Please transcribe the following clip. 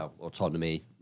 autonomy